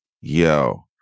Yo